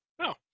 No